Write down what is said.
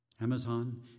Amazon